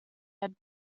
had